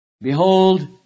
Behold